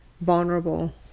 vulnerable